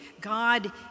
God